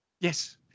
yes